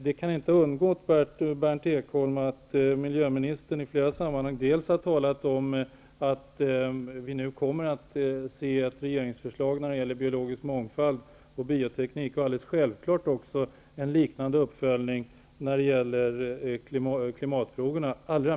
Det kan inte ha undgått Berndt Ekholm att miljöministern i flera sammanhang har talat om att det kommer ett regeringsförslag om biologisk mångfald och bioteknik och en liknande uppföljning när det gäller klimatfrågorna.